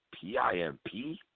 P-I-M-P